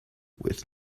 with